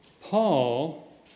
Paul